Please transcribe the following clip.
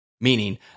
meaning